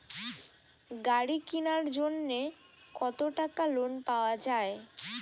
গাড়ি কিনার জন্যে কতো টাকা লোন পাওয়া য়ায়?